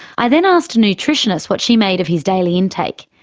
i then asked a nutritionist what she made of his daily intake.